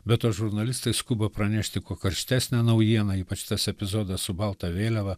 be to žurnalistai skuba pranešti kuo karštesnę naujieną ypač tas epizodas su balta vėliava